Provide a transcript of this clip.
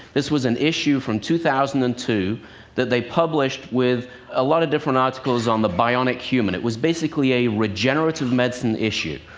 this was an issue from two thousand and two that they published with a lot of different articles on the bionic human. it was basically a regenerative medicine issue.